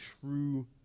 true